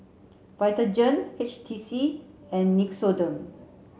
Vitagen H T C and Nixoderm